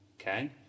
okay